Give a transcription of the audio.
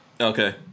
okay